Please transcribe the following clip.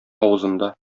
авызында